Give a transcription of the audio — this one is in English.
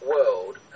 world